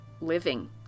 living